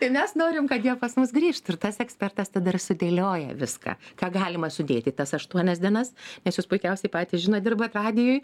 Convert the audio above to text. tai mes norim kad jie pas mus grįžtų ir tas ekspertas tada ir sudėlioja viską ką galima sudėti į tas aštuonias dienas nes jūs puikiausiai patys žinot dirbat radijuj